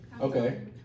okay